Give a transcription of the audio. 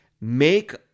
make